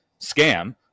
Scam